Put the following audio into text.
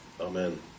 Amen